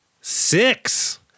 six